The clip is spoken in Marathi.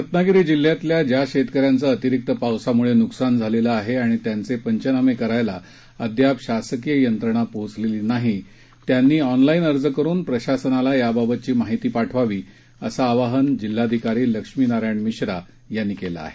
रत्नागिरी जिल्ह्यातल्या ज्या शेतकऱ्यांचं अतिरिक्त पावसामुळे नुकसान झालं आहे आणि त्याचे पंचनामे करायला अद्याप शासकीय यंत्रणा पोहोचली नाही त्यांनी ऑनलाईन अर्ज करून प्रशासनाला याबाबतची माहिती पाठवावी असं आवाहन जिल्हाधिकारी लक्ष्मीनारायण मिश्रा यांनी केलं आहे